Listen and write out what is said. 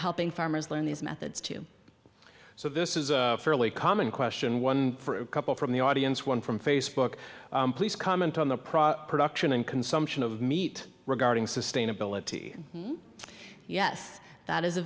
helping farmers learn these methods too so this is a fairly common question one for a couple from the audience one from facebook please comment on the process production and consumption of meat regarding sustainability yes that is a